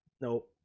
No